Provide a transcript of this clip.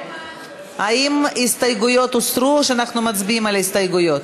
האם ההסתייגויות הוסרו או שאנחנו מצביעים על ההסתייגויות?